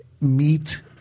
meet